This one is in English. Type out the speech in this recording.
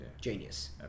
Genius